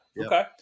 Okay